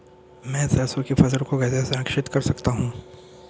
मैं सरसों की फसल को कैसे संरक्षित कर सकता हूँ?